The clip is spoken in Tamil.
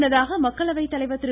முன்னதாக மக்களவைத்தலைவர் திரு